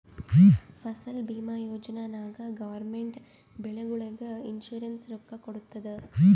ಫಸಲ್ ಭೀಮಾ ಯೋಜನಾ ನಾಗ್ ಗೌರ್ಮೆಂಟ್ ಬೆಳಿಗೊಳಿಗ್ ಇನ್ಸೂರೆನ್ಸ್ ರೊಕ್ಕಾ ಕೊಡ್ತುದ್